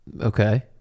Okay